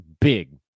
big